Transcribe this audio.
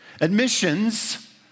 Admissions